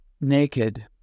naked